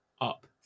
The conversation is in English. Up